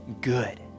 good